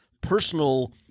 personal